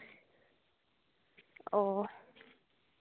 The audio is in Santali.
ᱚᱸᱻ